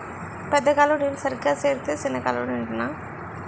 పెద్ద కాలువ నీరు సరిగా సేరితే సిన్న కాలువలు నిండునా